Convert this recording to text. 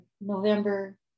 November